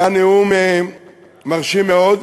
היה נאום מרשים מאוד,